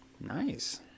Nice